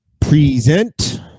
Present